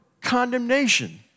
condemnation